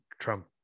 Trump